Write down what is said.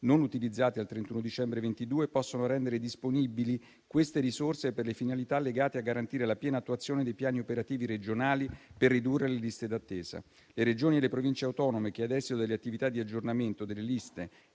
non utilizzate al 31 dicembre 2022 possono rendere disponibili queste risorse per le finalità legate a garantire la piena attuazione dei piani operativi regionali per ridurre le liste d'attesa. Le Regioni e le Province autonome che, all'esito delle attività di aggiornamento delle liste